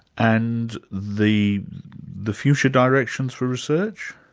and the the future directions for research?